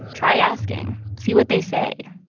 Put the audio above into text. try asking. see what they say.